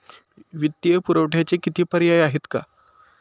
वित्तीय पुरवठ्याचे किती पर्याय आहेत का?